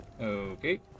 Okay